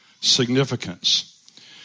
significance